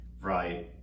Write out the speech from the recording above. right